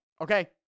Okay